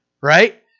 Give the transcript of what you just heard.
right